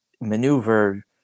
maneuver